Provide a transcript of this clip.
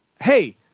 Hey